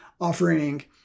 offering